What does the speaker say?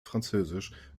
französisch